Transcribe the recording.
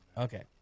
Okay